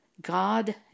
God